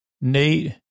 Nate